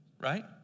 Right